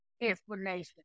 explanation